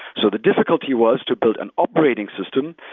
so the difficulty was to build an operating system,